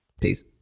Peace